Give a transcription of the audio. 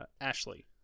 Ashley